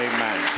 Amen